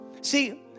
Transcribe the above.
See